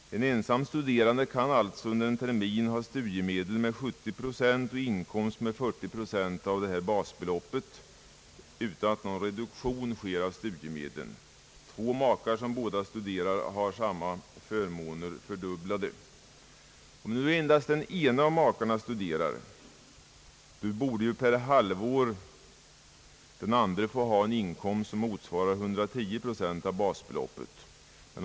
En ensam studerande kan alltså under en termin ha studiemedel med 70 procent och inkomst med 40 procent av basbeloppet utan att någon reduktion sker av studiemedlen. Två makar som båda studerar har samma förmåner fördubblade. Om endast den ene av makarna studerar, borde ju den andre per halvår få ha en inkomst som motsvarar 110 procent av basbeloppet.